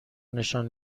نشان